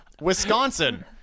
Wisconsin